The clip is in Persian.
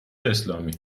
اسلامی